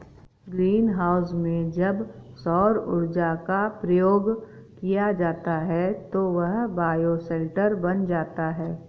green house में जब सौर ऊर्जा का प्रयोग किया जाता है तो वह बायोशेल्टर बन जाता है